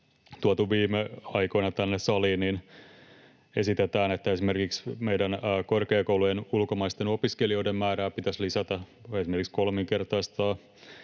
tuotu viime aikoina tänne saliin, esitetään, että esimerkiksi meidän korkeakoulujen ulkomaisten opiskelijoiden määrää pitäisi lisätä, esimerkiksi kolminkertaistaa,